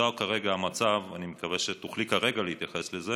נוצר כרגע מצב, אני מקווה שתוכלי להתייחס לזה